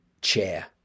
chair